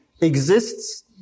exists